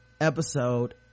episode